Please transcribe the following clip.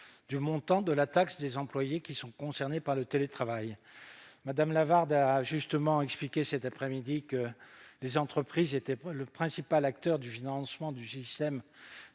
correspondant aux employés concernés par le télétravail. Mme Lavarde a justement expliqué cet après-midi que les entreprises étaient les principaux acteurs du financement du système